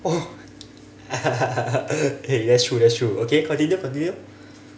oh eh that's true that's true okay continue continue